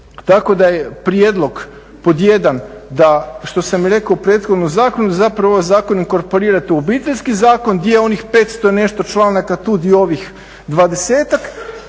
Tako da je prijedlog pod jedan da što sam i rekao prethodno u zakonu, zapravo ovaj zakon ukorporirati u Obiteljski zakon gdje onih 500 i nešto članaka tud i ovih